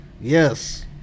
Yes